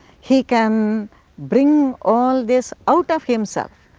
he can bring all this out of himself,